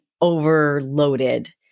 overloaded